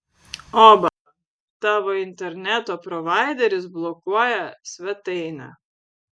oba tavo interneto provaideris blokuoja svetainę